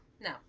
No